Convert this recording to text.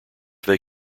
they